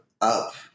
up